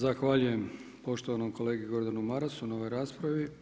Zahvaljujem poštovanom kolegi Gordanu Marasu na ovoj raspravi.